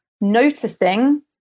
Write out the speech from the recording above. noticing